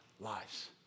lives